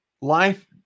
Life